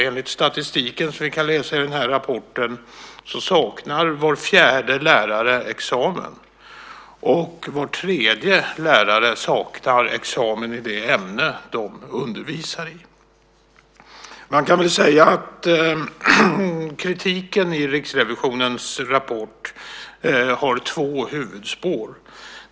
Enligt den statistik som vi kan läsa i rapporten saknar var fjärde lärare examen. Var tredje lärare saknar examen i det ämne de undervisar i. Kritiken i Riksrevisionens rapport har två huvudspår.